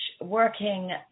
working